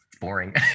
Boring